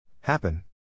Happen